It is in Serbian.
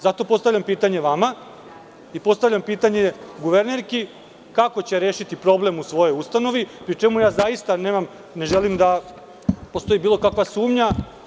Zato postavljam pitanje vama i postavljam pitanje guvernerki kako će rešiti problem u svojoj ustanovi, pri čemu ne želim da postoji bilo kakva sumnja.